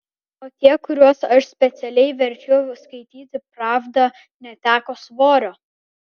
o tie kuriuos aš specialiai verčiau skaityti pravdą neteko svorio